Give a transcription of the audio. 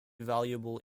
valuable